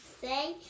say